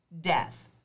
death